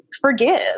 forgive